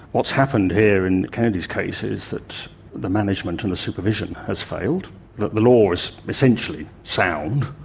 what's happened here in kennedy's case is that the management and the supervision has failed, that the law is essentially sound,